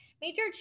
Major